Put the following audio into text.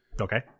Okay